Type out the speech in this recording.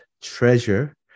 treasure